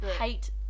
Hate